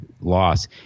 loss